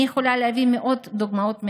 אני יכולה להביא מאות דוגמאות מהשטח,